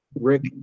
rick